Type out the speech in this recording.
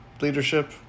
leadership